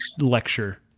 lecture